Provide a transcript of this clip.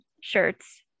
shirts